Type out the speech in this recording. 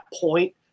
point